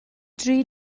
dri